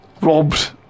robbed